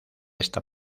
esta